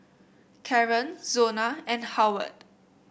Karren Zona and Howard